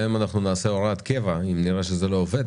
גם אם אנחנו נעשה הוראת קבע אם נראה שזה לא עובד